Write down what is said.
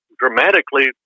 dramatically